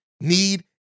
need